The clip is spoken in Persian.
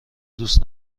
دوست